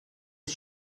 his